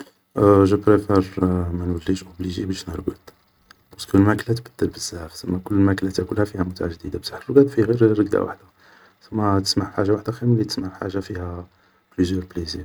جو بريفار مانوليش اوبليجي باش نرقد, بارسكو ماكلة تتبدل بزاف, سما كل ماكلة تاكلها فيها متعة جديدة, بصح الرقاد فيه غي رقدة وحدة, سما تسمح في حاجة وحدة خير ملي تسمح في حاجة فيها بليزيور بليزير